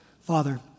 Father